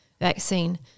vaccine